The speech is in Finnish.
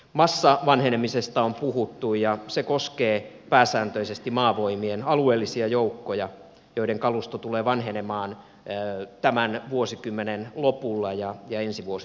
massavanhenemisesta on puhuttu ja se koskee pääsääntöisesti maavoimien alueellisia joukkoja joiden kalusto tulee vanhenemaan tämän vuosikymmenen lopulla ja ensi vuosikymmenen aikana